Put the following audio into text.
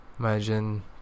Imagine